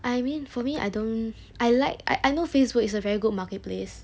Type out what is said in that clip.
I mean for me I don't I like I I know facebook is a very good marketplace